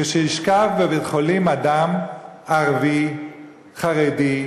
כשישכב בבית-חולים אדם ערבי, חרדי,